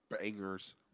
Bangers